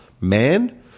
man